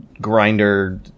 grinder